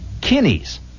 kinneys